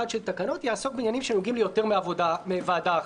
של תקנות יעסוק בעניינים שנוגעים ליותר מוועדה אחת.